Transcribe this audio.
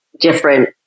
different